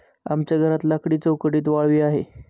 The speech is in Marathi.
आमच्या घरात लाकडी चौकटीत वाळवी आहे